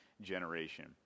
generation